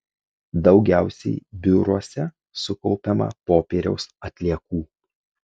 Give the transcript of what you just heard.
daugiausiai biuruose sukaupiama popieriaus atliekų